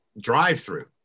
drive-through